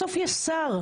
בסוף יש שר.